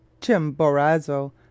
chimborazo